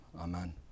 Amen